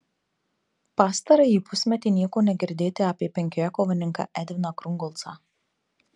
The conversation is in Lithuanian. pastarąjį pusmetį nieko negirdėti apie penkiakovininką edviną krungolcą